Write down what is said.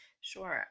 Sure